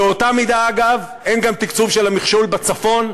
באותה מידה, אגב, אין גם תקצוב של המכשול בצפון,